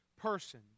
person